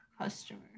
customer